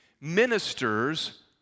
Ministers